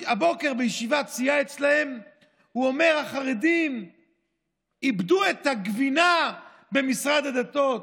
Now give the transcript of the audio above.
הבוקר בישיבת הסיעה אצלם אומר: החרדים איבדו את הגבינה במשרד הדתות,